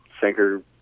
sinker